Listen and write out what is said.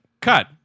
cut